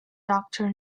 doctor